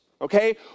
Okay